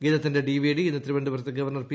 ഗീതത്തിന്റെ DVD ഇന്ന് തിരുവനന്തപുരത്ത് governor P